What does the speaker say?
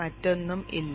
മറ്റൊന്നും ഇല്ല